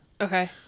Okay